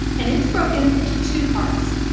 and it's broken into two parts.